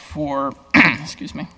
for excuse me